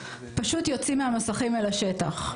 פשוט יוצאים מהמסכים אל השטח.